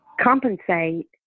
compensate